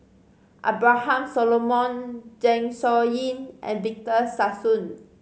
Abraham Solomon Zeng Shouyin and Victor Sassoon